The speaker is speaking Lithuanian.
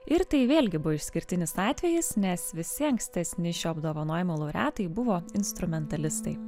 ir tai vėlgi buvo išskirtinis atvejis nes visi ankstesni šio apdovanojimo laureatai buvo instrumentalistai